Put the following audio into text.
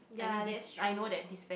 I mean this I know that this friend